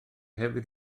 hefyd